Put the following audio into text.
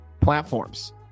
platforms